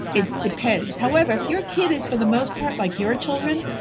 it depends. however, if your kid is for the most part like your children,